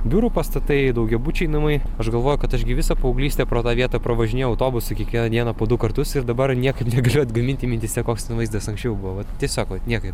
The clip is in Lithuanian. biurų pastatai daugiabučiai namai aš galvoju kad aš gi visą paauglystę pro tą vietą pravažinėjau autobusu kiekvieną dieną po du kartus ir dabar niekaip negaliu atgaminti mintyse koks ten vaizdas anksčiau buvo vat tiesiog vat niekaip